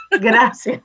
Gracias